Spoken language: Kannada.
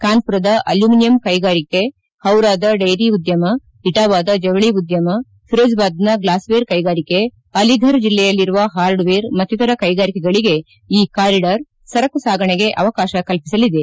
ಕಾನ್ಪರದ ಅಲ್ಕುಮಿನಿಯಂ ಕೈಗಾರಿಕೆ ಪೌರಾದ ಡೇರಿ ಉದ್ಯಮ ಇಟಾವಾದ ಜವಳಿ ಉದ್ಯಮ ಫಿರೋಜಾಬಾದ್ನ ಗ್ಲಾಸ್ವೇರ್ ಕೈಗಾರಿಕೆ ಅಲಿಫರ್ ಜಿಲ್ಲೆಯಲ್ಲಿರುವ ಪಾರ್ಡ್ವೇರ್ ಮತ್ತಿತರ ಕೈಗಾರಿಕೆಗಳಗೆ ಈ ಕಾರಿಡಾರ್ ಸರಕು ಸಾಗಾಣೆಗೆ ಅವಕಾಶ ಕಲ್ಪಿಸಲಿದೆ